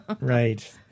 Right